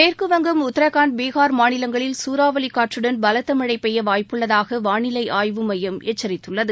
மேற்குவங்கம் உத்தரகாண்ட் பீகார் மாநிலங்களில் சூறாவளி காற்றுடன் பலத்த மழை பெய்ய வாய்ப்புள்ளதாக வானிலை ஆய்வு மையம் எச்சரித்துள்ளது